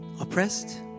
oppressed